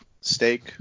steak